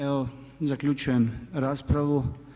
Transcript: Evo zaključujem raspravu.